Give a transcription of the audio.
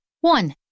One